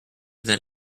than